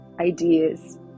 ideas